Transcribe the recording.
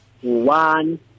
one